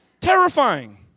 Terrifying